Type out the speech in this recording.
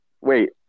Wait